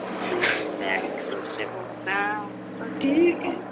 हम से बोल रहे है हम तो ठीक है